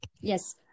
Yes